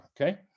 okay